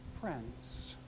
friends